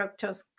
fructose